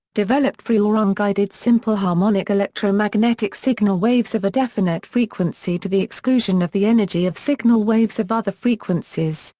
developed free or unguided simple harmonic electromagnetic signal waves of a definite frequency to the exclusion of the energy of signal waves of other frequencies,